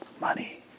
Money